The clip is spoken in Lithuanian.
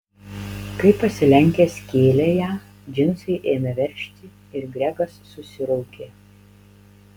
kai pasilenkęs kėlė ją džinsai ėmė veržti ir gregas susiraukė